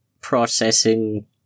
processing